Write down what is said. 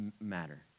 matter